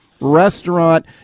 restaurant